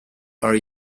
are